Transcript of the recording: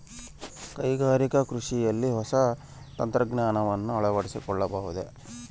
ಕೈಗಾರಿಕಾ ಕೃಷಿಯಲ್ಲಿ ಹೊಸ ತಂತ್ರಜ್ಞಾನವನ್ನ ಅಳವಡಿಸಿಕೊಳ್ಳಬಹುದೇ?